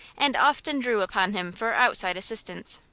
and often drew upon him for outside assistance.